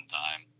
time